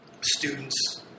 students